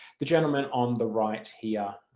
the gentleman on the right here,